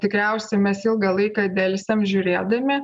tikriausiai mes ilgą laiką delsiam žiūrėdami